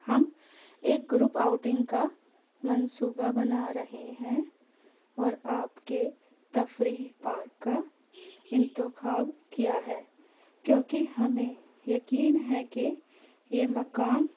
ہم ایک group outing کا منصوبہ بنا رہے ہیں اور آپ کے تفریح پارک کا انتخاب کیا ہے کیونکہ ہمیں یقین ہے کہ یہ مقام